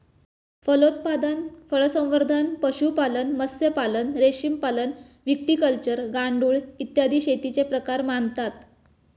फलोत्पादन, फळसंवर्धन, पशुपालन, मत्स्यपालन, रेशीमपालन, व्हिटिकल्चर, गांडूळ, इत्यादी शेतीचे प्रकार मानतात